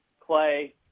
Clay